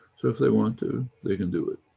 so if they want to, they can do it.